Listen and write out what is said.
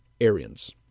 Arians